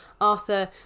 Arthur